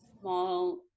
small